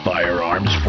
Firearms